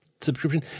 subscription